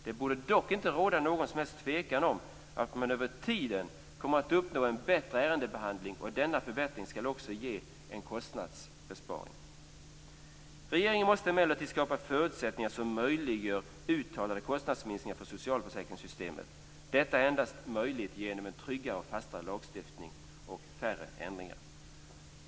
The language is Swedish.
Det borde dock inte råda någon som helst tvekan om att man över tiden kommer att uppnå en bättre ärendebehandling, och denna förbättring skall också ge en kostnadsbesparing. Regeringen måste emellertid skapa förutsättningar som möjliggör uttalade kostnadsminskningar för socialförsäkringssystemet. Detta är endast möjligt genom en tryggare och fastare lagstiftning och färre ändringar i regelverket.